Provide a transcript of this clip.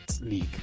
league